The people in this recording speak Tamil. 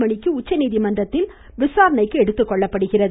மணிக்கு உச்சநீதிமன்றத்தில் விசாரணைக்கு எடுத்துக்கொள்ளப்படுகிறது